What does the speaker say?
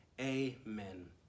Amen